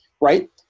right